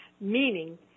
meaning